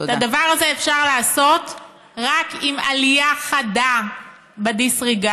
את הדבר הזה אפשר לעשות רק עם עלייה חדה ב-disregard,